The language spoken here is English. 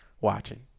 watching